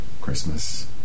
Christmas